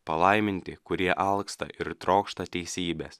palaiminti kurie alksta ir trokšta teisybės